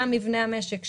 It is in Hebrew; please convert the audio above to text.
גם מבנה המשק,